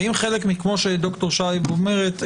כמו שד"ר שהב אומרת,